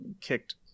kicked